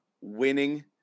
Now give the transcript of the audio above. winning